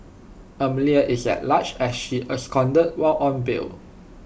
Amelia is at large as she absconded while on bail